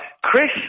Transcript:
Chris